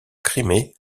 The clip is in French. crimée